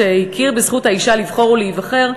שהכיר בזכות האישה לבחור ולהיבחר,